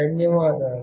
ధన్యవాదాలు